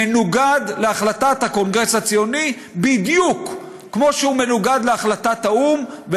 מנוגד להחלטת הקונגרס הציוני בדיוק כמו שהוא מנוגד להחלטת האו"ם,